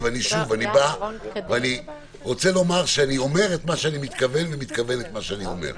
אני אומר את מה שאני מתכוון ומתכוון את מה שאני אומר.